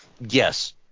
Yes